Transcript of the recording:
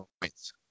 points